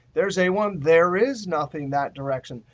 there's a one. there is nothing that direction.